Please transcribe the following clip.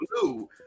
blue